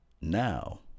now